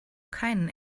keinen